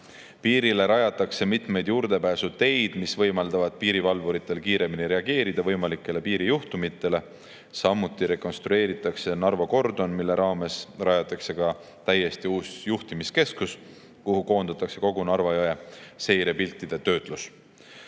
Piirile rajatakse mitmeid juurdepääsuteid, mis võimaldavad piirivalvuritel võimalikele piirijuhtumitele kiiremini reageerida. Samuti rekonstrueeritakse Narva kordon, mille raames rajatakse ka täiesti uus juhtimiskeskus, kuhu koondatakse kogu Narva jõe seirepiltide töötlus.